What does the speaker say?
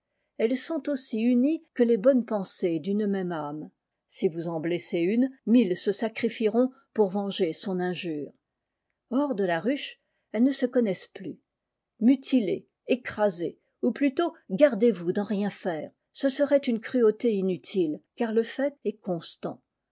elles sont aussi unies que les bonnes pensées d'une même âme si vous en blessez une mille se sacrifieront pour venger son injure ilors de la ruche elles ne se connaissent plus mutilez écrasez ou plutôt gardez-vous d'en rien faire ce serait une cruauté inutile car le lait est constant